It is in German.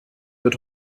wird